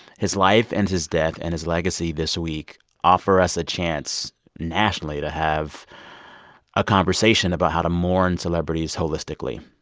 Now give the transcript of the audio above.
his life and his death and his legacy this week offer us a chance nationally to have a conversation about how to mourn celebrities holistically.